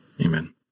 Amen